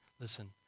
Listen